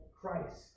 Christ